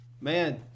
Man